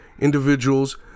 Individuals